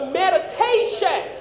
meditation